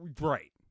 right